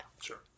Sure